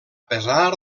pesar